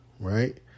Right